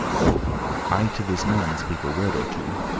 though i to this man speak a word or two.